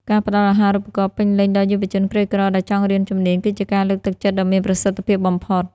ការផ្តល់អាហារូបករណ៍ពេញលេញដល់យុវជនក្រីក្រដែលចង់រៀនជំនាញ គឺជាការលើកទឹកចិត្តដ៏មានប្រសិទ្ធភាពបំផុត។